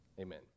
Amen